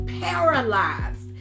paralyzed